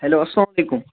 hello السلام علیکُم